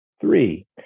Three